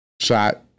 Shot